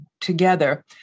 together